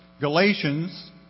Galatians